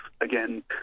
again